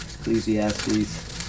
Ecclesiastes